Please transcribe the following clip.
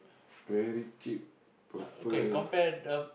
very cheap proper